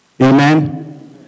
Amen